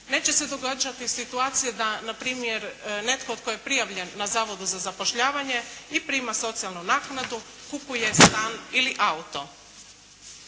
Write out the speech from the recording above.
Neće se događati situacije da npr. netko tko je prijavljen na Zavodu za zapošljavanje i prima socijalnu naknadu, kupuje stan ili auto.